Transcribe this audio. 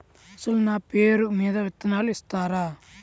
అసలు నా పేరు మీద విత్తనాలు ఇస్తారా?